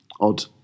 odd